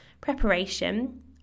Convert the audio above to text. preparation